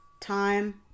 time